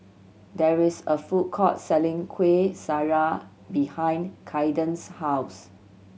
there is a food court selling Kuih Syara behind Kaiden's house